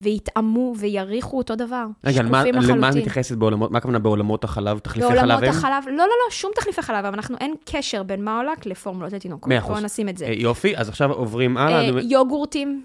ויטעמו ויריחו אותו דבר. שקופים לחלוטין. למה את מתייחסת, מה הכוונה בעולמות החלב, תחליפי חלב אם? לא, לא, לא, שום תחליפי חלב, אבל אנחנו, אין קשר בין מרלק לפורמלות התינוקות. מאה אחוז. בואו נשים את זה. יופי, אז עכשיו עוברים הלאה. יוגורטים.